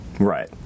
Right